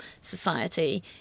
society